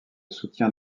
soutien